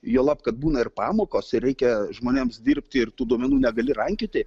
juolab kad būna ir pamokos ir reikia žmonėms dirbti ir tų duomenų negali rankioti